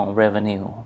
revenue